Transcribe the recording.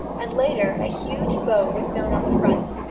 and later, a huge bow was sewn on the front.